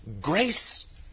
Grace